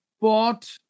bought